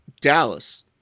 Dallas